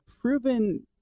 proven